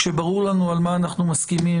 כשברור לנו על מה אנחנו מסכימים,